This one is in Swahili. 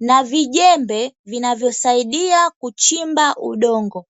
na vijembe vinavyosaidia kuchimba udongo.